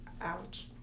ouch